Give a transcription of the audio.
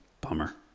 Bummer